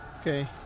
Okay